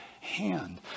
hand